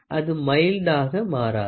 அது மயில்டாக மாறாது